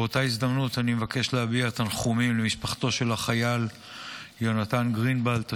באותה הזדמנות אני מבקש להביע תנחומים למשפחתו של החייל יונתן גרינבלט,